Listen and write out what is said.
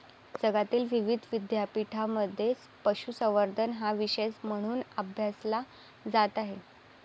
जगातील विविध विद्यापीठांमध्ये पशुसंवर्धन हा विषय म्हणून अभ्यासला जात आहे